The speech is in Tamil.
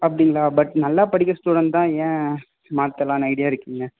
அப்படிங்களா பட் நல்லா படிக்கிற ஸ்டூடெண்ட் தான் ஏன் மாற்றலான்னு ஐடியா இருக்குக்கீங்க